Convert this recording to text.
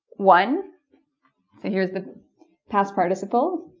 one so here's the past participle